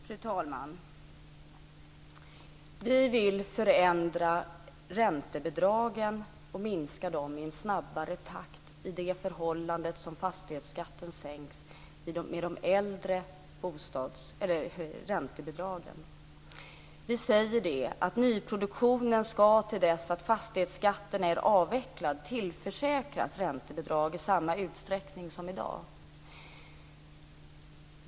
Fru talman! Vi vill förändra räntebidragen och minska dem i en snabbare takt i förhållande till hur fastighetsskatten sänks för de äldre husen. Nyproduktionen ska till dess fastighetsskatten är avvecklad tillförsäkras räntebidrag i samma utsträckning som i dag.